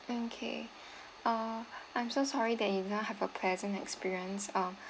okay uh I'm so sorry that you did not have a pleasant experience uh